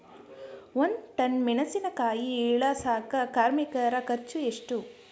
ಒಂದ್ ಟನ್ ಮೆಣಿಸಿನಕಾಯಿ ಇಳಸಾಕ್ ಕಾರ್ಮಿಕರ ಖರ್ಚು ಎಷ್ಟು?